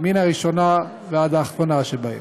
מן הראשונה ועד האחרונה שבהן.